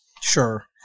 Sure